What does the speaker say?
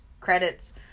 credits